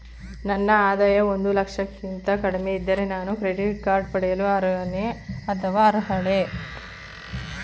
ನನ್ನ ಆದಾಯ ಒಂದು ಲಕ್ಷಕ್ಕಿಂತ ಕಡಿಮೆ ಇದ್ದರೆ ನಾನು ಕ್ರೆಡಿಟ್ ಕಾರ್ಡ್ ಪಡೆಯಲು ಅರ್ಹನೇ ಅಥವಾ ಅರ್ಹಳೆ?